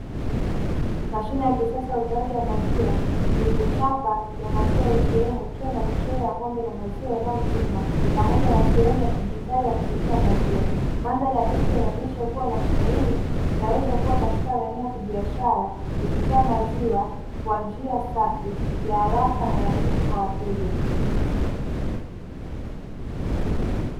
Mashine ya kisasa ya utoaji wa maziwa yenye chapa ya maziwa “ATM” ikiwa na michoro ya ng'ombe na maziwa yanayomiminwa pamoja na sehemu ya kidijitali ya kuchotea, mandhari ya picha inaonyesha kuwa mashine hii inaweza kuwa katika maeneo ya kibiashara kwa njia safi ya haraka na rafiki kwa wateja.